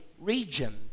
region